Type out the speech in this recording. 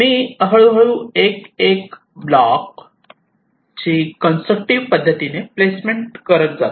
मी हळूहळू एक एक ब्लॉक ची कन्स्ट्रक्टिव्ह पद्धतीने प्लेसमेंट करत जातो